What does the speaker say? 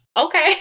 okay